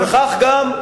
וכך גם,